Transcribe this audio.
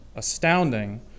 Astounding